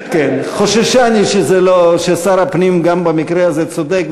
חוששני ששר הפנים גם במקרה הזה צודק,